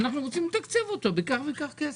היא רוצה לתקצב בכך וכך כסף.